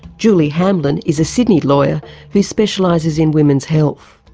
julie hamblin is a sydney lawyer who specialises in women's health.